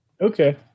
Okay